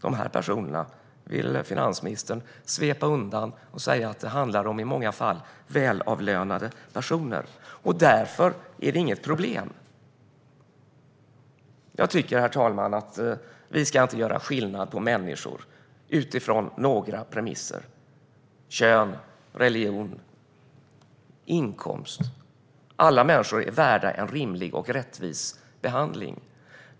Dessa människor vill finansministern svepa undan genom att säga att det i många fall handlar om välavlönade personer och att det därför inte är något problem. Herr talman! Jag tycker inte att vi ska göra skillnad på människor utifrån några premisser - vare sig utifrån kön, religion eller inkomst. Alla människor är värda en rimlig och rättvis behandling.